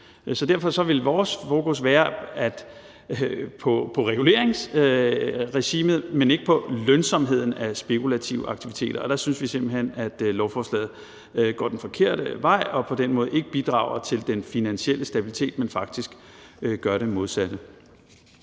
Så derfor vil vores fokus være på reguleringsregimet, men ikke på lønsomheden af spekulative aktiviteter. Der synes vi simpelt hen, at lovforslaget går den forkerte vej og på den måde ikke bidrager til den finansielle stabilitet, men faktisk gør det modsatte.